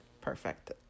perfect